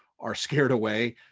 are scared away